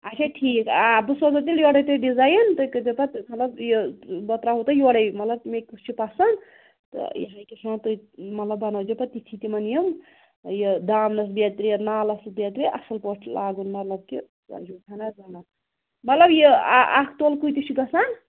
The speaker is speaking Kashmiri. اَچھا ٹھیٖک آ بہٕ سوزہو تیٚلہِ یورے تۄہہِ ڈِزایِن تُہۍ کٔرۍزیٚو پَتہٕ مطلب یہِ بہٕ ترٛاوہو تۄہہِ یورے مطلب مےٚ کُس چھُ پَسنٛد تہٕ یِہَے کیٛاہ چھُ ونان تُہۍ مطلب بَنٲوزیٚو پَتہٕ تِتھی تِمَن یِم یہِ دامنَس بیترِ نالَس بیترِ اَصٕل پٲٹھۍ لاگُن مطلب کہِ بَنان مطلب یہِ اَکھ تولہٕ کۭتِس چھُ گژھان